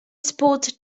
spots